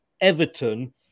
Everton